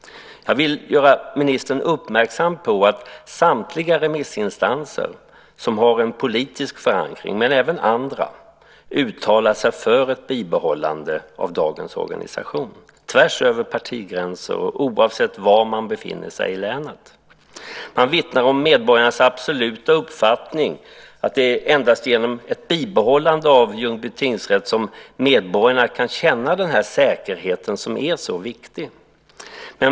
Jag vill göra ministern uppmärksam på att samtliga remissinstanser som har en politisk förankring, men även andra, uttalar sig för ett bibehållande av dagens organisation, tvärs över partigränser och oavsett var man befinner sig i länet. Man vittnar om medborgarnas absoluta uppfattning att det endast är genom ett bibehållande av Ljungby tingsrätt som medborgarna kan känna den säkerhet som är så viktig.